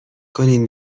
کنین